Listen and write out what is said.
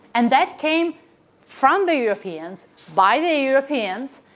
and that came from the europeans by the europeans.